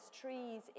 trees